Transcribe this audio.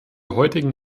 heutigen